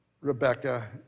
Rebecca